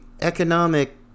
economic